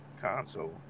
console